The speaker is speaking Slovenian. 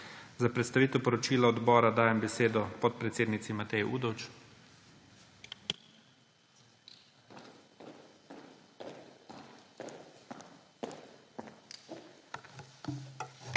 Za predstavitev poročila odbora dajem besedo podpredsednici Mateji Udovč.